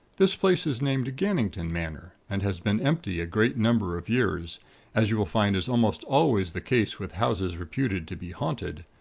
this place is named gannington manor, and has been empty a great number of years as you will find is almost always the case with houses reputed to be haunted,